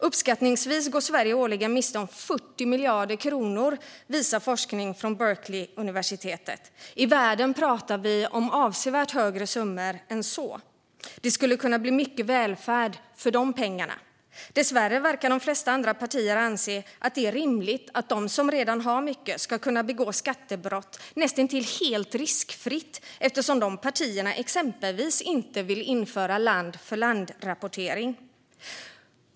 Uppskattningsvis går Sverige årligen miste om 40 miljarder kronor, visar forskning från Berkeleyuniversitetet. I världen pratar vi om avsevärt större summor än så. Det skulle kunna bli mycket välfärd för de pengarna. Dessvärre verkar de flesta andra partier anse att det är rimligt att de som redan har mycket ska kunna begå skattebrott näst intill helt riskfritt. De partierna vill nämligen exempelvis inte införa land-för-land-rapportering.